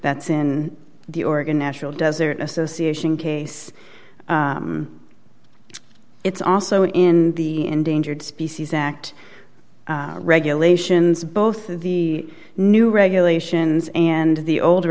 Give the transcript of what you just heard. that's in the oregon national desert association case it's also in the endangered species act regulations both the new regulations and the old